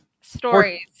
stories